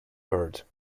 hurt